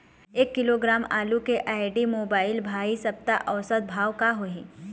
एक किलोग्राम आलू के आईडी, मोबाइल, भाई सप्ता औसत भाव का होही?